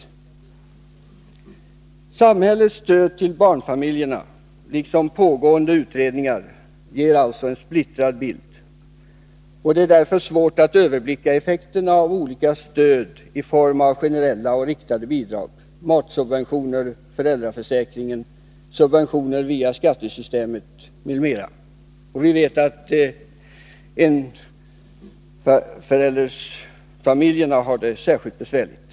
I utskottets betänkande heter det vidare: ”Samhällets stöd till barnfamiljerna, liksom pågående utredningar, ger en splittrad bild. Det är därför svårt att överblicka effekterna av olika stöd i form av generella och riktade bidrag, matsubventioner, föräldraförsäkring, subventioner via skattesystemet m.m.” Vi vet att enförälderfamiljerna har det särskilt besvärligt.